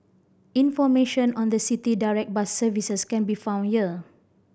information on the City Direct bus services can be found here